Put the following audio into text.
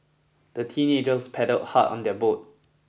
the teenagers paddled hard on their boat